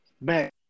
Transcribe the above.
back